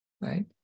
right